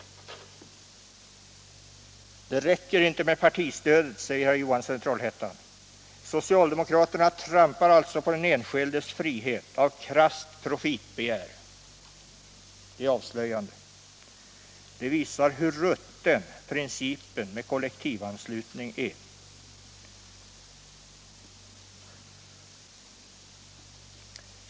Det räcker inte med partistödet, säger herr Johansson i Trollhättan. Socialdemokraterna trampar alltså på den enskildes frihet av krasst profitbegär. Det är avslöjande. Det visar hur rutten principen med kollektivanslutning är.